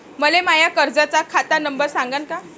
मले माया कर्जाचा खात नंबर सांगान का?